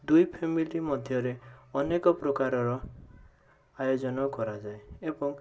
ଦୁଇ ଫ୍ୟାମିଲି ମଧ୍ୟରେ ଅନେକପ୍ରକାରର ଆୟୋଜନ କରାଯାଏ ଏବଂ